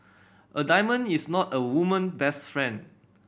a diamond is not a woman best friend